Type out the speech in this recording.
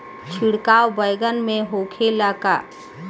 छिड़काव बैगन में होखे ला का?